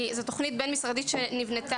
כי זו תוכנית בין-משרדית שנבנתה.